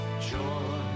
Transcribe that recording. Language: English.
joy